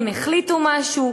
הם החליטו משהו,